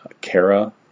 Kara